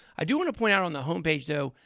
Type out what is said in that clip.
i do want to point out on the homepage though,